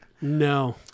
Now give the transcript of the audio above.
no